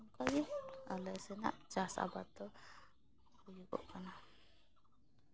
ᱚᱱᱠᱟ ᱜᱮ ᱟᱞᱮ ᱥᱮᱱᱟᱜ ᱪᱟᱥ ᱟᱵᱟᱫ ᱫᱚ ᱦᱩᱭᱩᱜᱚᱜ ᱠᱟᱱᱟ